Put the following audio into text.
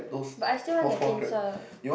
but I still want the pincer